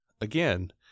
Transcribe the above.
Again